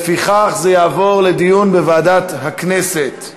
לפיכך זה יעבור לדיון בוועדת הכנסת.